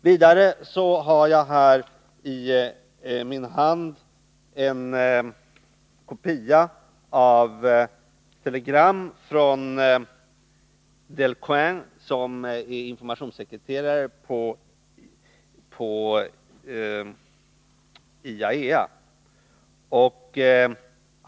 Vidare har jag här i min hand en kopia av telegram från Delcoigne, som är informationssekreterare på IAEA.